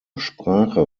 sprache